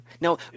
Now